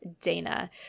Dana